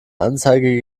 anzeige